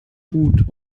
gut